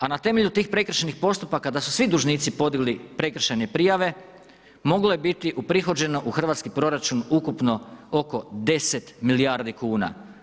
A na temelju tih prekršajnih postupaka, da su svi dužnici podnijeli prekršajne prijave, moglo je biti uprihođeno u hrvatski proračunu Ukupno oko 10 milijardi kuna.